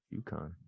UConn